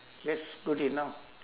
that's good enough